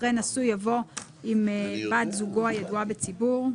אחרי "נשוי" יבוא "עם בת זוגו הידועה בציבור".